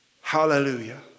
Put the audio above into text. Hallelujah